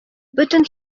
бөтен